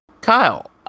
Kyle